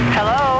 Hello